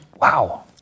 Wow